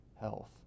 health